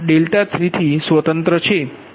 થી સ્વતંત્ર છે